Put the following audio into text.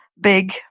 big